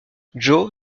joe